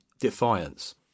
defiance